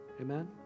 Amen